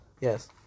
Yes